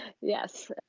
Yes